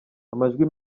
amajwi